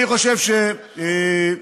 תראה,